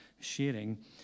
sharing